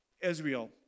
Israel